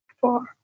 four